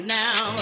now